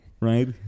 Right